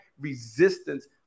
resistance